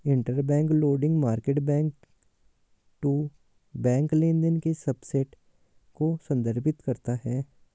interbank lending market back to back लेनदेन के subset को संदर्भित करता है